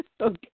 Okay